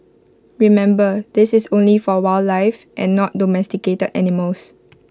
remember this is only for wildlife and not domesticated animals